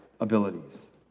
abilities